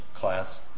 class